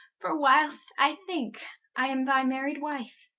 for whilest i thinke i am thy married wife,